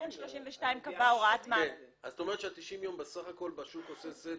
תיקון 32 קבע הוראת --- את אומרת ש-90 הימים בסך הכל בשוק עושה סדר,